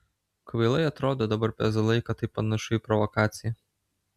kvailai atrodo dabar pezalai kad tai panašu į provokaciją